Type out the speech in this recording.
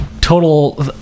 total